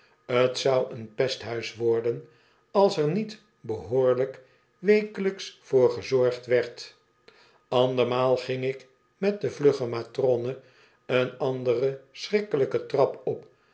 t zou een pesthuis worden als er niet behoorlijk wekelijks voor gezorgd werd andermaal ging ik met de vlugge matrone een anderen schrikkelijk en trap op